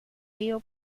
río